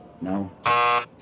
No